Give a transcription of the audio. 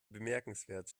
bemerkenswert